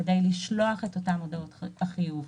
כדי לשלוח את אותן הודעות חיוב,